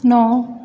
नौ